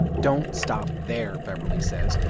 don't stop there, beverly says.